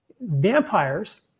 vampires